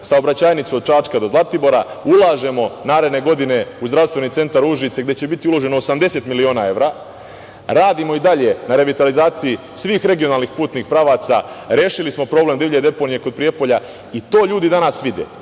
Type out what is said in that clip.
saobraćajnicu od Čačka do Zlatibora. Ulažemo naredne godine u zdravstveni centar Užice, gde će biti uloženo 80 miliona evra. Radimo i dalje na revitalizaciji svih regionalnih putnih pravaca, rešili smo problem divlje deponije kod Prijepolja i to ljudi danas vide.